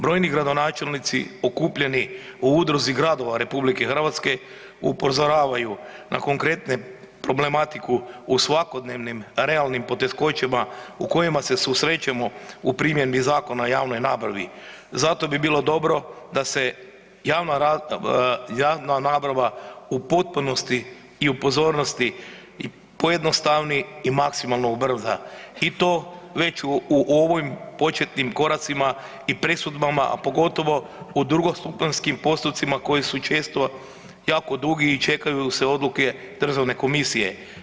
Brojni gradonačelnici okupljeni u Udruzi gradova Republike Hrvatske upozoravaju na konkretnu problematiku u svakodnevnim realnim poteškoćama u kojima se susrećemo u primjeni Zakona o javnoj nabavi, zato bi bilo dobro da se javna nabava u potpunosti i u pozornosti pojednostavi i maksimalno ubrza i to već u ovim početnim koracima i presudbama, a pogotovo u drugostupanjskim postupcima koji su često jako dugi i čekaju se odluke državne komisije.